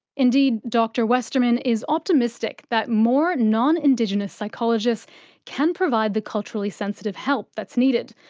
indeed, dr westerman is optimistic that more non-indigenous psychologists can provide the culturally sensitive help that's needed,